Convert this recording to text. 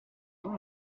nom